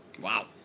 Wow